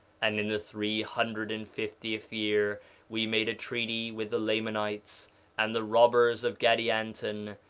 and in the three hundred and fiftieth year we made a treaty with the lamanites and the robbers of gadianton,